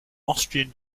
austrian